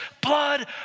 blood